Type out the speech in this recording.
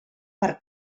per